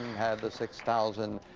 had the six thousand